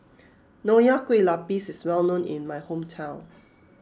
Nonya Kueh Lapis is well known in my hometown